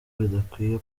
bidakwiye